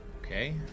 Okay